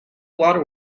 water